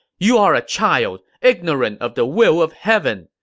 you are a child, ignorant of the will of heaven!